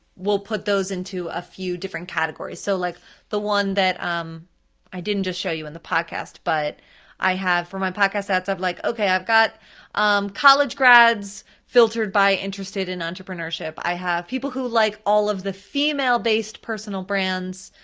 we'll put those into a few different categories. so like the one that um i didn't just show you in the podcast, but i have for my podcast sets have like, okay, i've got college grads filtered by interested in entrepreneurship, i have people who like all of the female-based personal brands,